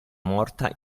morta